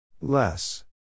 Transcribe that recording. Less